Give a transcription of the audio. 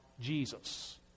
Jesus